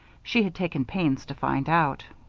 she had taken pains to find out.